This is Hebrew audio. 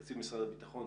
הביטחון,